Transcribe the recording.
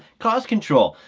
cost control.